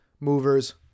movers